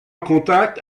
contact